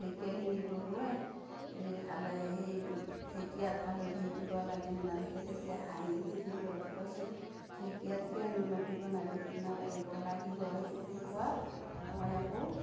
ঢেকীয়াখিনি বহোৱাই সেই হাল সেই ঢেকীয়াত হালধি দিব লাগে নে নালাগে যেতিয়া হাঁহি খুৰীদেউহঁতে কৈছিল ঢেকীয়াত কিয় নিমখ দিব নাল নালাগিব লাগিব সেই বুলি কোৱাত মই আকৌ